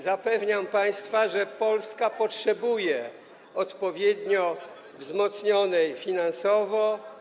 Zapewniam państwa, że Polska potrzebuje odpowiednio wzmocnionej finansowo.